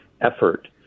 effort